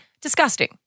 Disgusting